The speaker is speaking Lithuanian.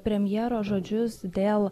premjero žodžius dėl